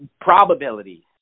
probability